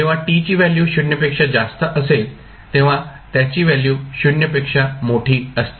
जेव्हा t ची value 0 पेक्षा जास्त असेल तेव्हा त्याची व्हॅल्यू 0 पेक्षा मोठी असते